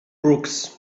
brooks